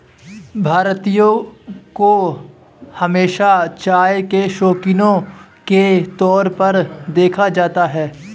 भारतीयों को हमेशा चाय के शौकिनों के तौर पर देखा जाता है